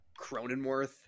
Cronenworth